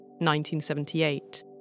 1978